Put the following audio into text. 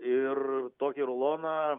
ir tokį ruloną